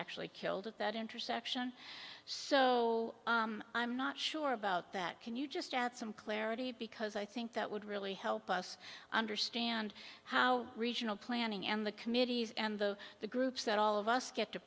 actually killed at that intersection so i'm not sure about that can you just add some clarity because i think that would really help us understand how regional planning and the committees and the the groups that all of us get to